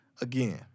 again